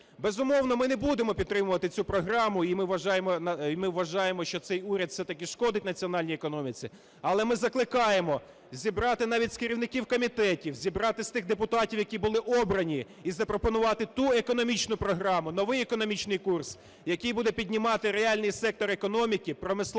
Безумовно, ми не будемо підтримувати цю програму. І ми вважаємо, що цей уряд все-таки шкодить національній економіці. Але ми закликаємо зібрати навіть з керівників комітетів, зібрати з тих депутатів, які були обрані, і запропонувати ту економічну програму, новий економічний курс, який буде піднімати реальний сектор економіки, промислове